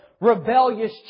rebellious